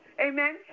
Amen